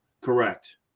Correct